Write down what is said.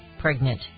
pregnant